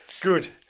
Good